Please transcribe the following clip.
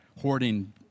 hoarding